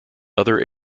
other